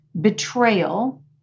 Betrayal